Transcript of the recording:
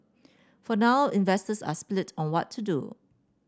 for now investors are split on what to do